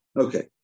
Okay